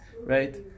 right